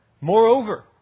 Moreover